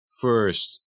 first